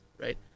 right